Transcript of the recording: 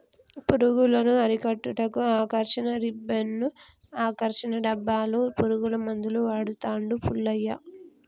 పురుగులను అరికట్టుటకు ఆకర్షణ రిబ్బన్డ్స్ను, ఆకర్షణ డబ్బాలు, పురుగుల మందులు వాడుతాండు పుల్లయ్య